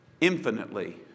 Infinitely